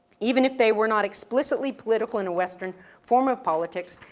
even if they were not explicitly political in a western form of politics,